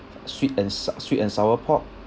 sweet and so~ sweet and sour pork